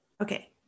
Okay